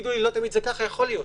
תגידו שלא תמיד זה כך יכול להיות.